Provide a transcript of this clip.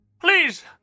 Please